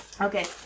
Okay